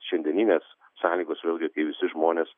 šiandieninės sąlygos vėlgi kai visi žmonės